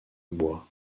bois